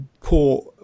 Poor